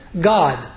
God